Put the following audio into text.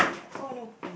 oh no